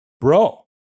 bro